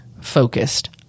focused